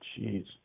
Jeez